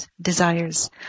desires